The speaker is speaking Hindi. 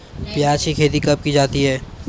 प्याज़ की खेती कब की जाती है?